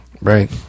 right